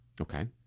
Okay